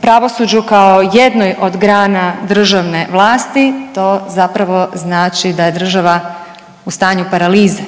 pravosuđu kao jednoj od grana državne vlasti, to zapravo znači da je država u stanju paralize.